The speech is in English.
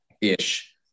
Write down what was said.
ish